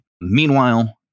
Meanwhile